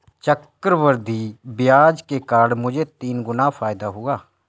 चक्रवृद्धि ब्याज के कारण मुझे तीन गुना फायदा हुआ